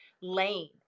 lane